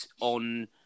on